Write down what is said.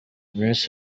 miss